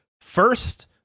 first